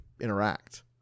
interact